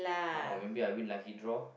or maybe I win lucky draw